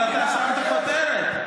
אבל תראה את הכותרת.